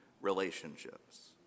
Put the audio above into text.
relationships